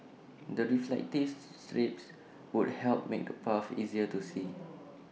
the reflective strips would help make A paths easier to see